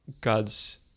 God's